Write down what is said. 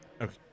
okay